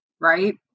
right